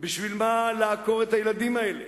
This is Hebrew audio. בשביל מה לעקור את הילדים האלה?